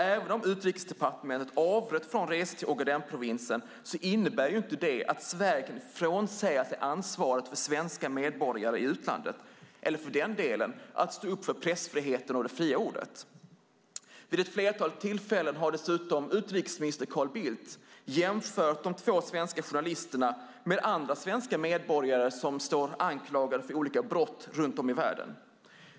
Även om Utrikesdepartementet har avrått från resor till Ogadenprovinsen innebär inte det att Sverige kan frånsäga sig ansvaret för svenska medborgare i utlandet eller för den delen för att stå upp för pressfriheten och det fria ordet. Vid ett flertal tillfällen har utrikesminister Carl Bildt dessutom jämfört de två svenska journalisterna med andra svenska medborgare som står anklagade för brott runt om i världen.